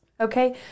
okay